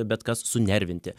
bet kas sunervinti